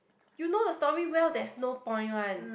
you know the story well there's no point one